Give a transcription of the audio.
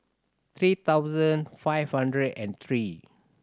three thousand five hundred and three